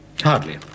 hardly